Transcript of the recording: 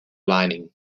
lining